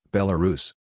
Belarus